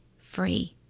free